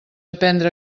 aprendre